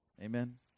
Amen